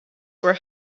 were